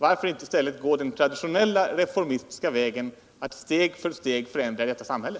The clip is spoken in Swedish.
Varför inte i stället gå den traditionella reformistiska vägen, nämligen att steg för steg förändra detta samhälle?